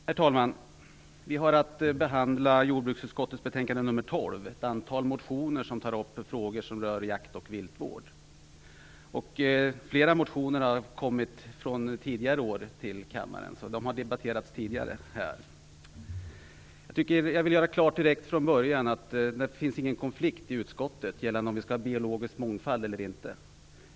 Herr talman! Vi har att behandla jordbruksutskottets betänkande nr 12. Det finns ett antal motioner som tar upp frågor som rör jakt och viltvård. Flera motioner har under tidigare år kommit till kammaren, och har alltså debatterats tidigare. Jag vill från början göra klart att det inte finns någon konflikt i utskottet huruvida vi skall ha biologisk mångfald eller inte.